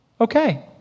okay